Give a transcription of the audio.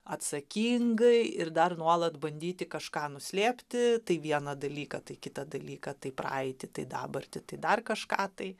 atsakingai ir dar nuolat bandyti kažką nuslėpti tai vieną dalyką tai kitą dalyką tai praeitį tai dabartį tai dar kažką tai